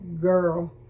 girl